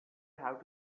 have